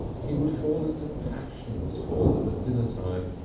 he would fall into passions for them at dinner time,